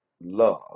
love